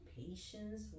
patience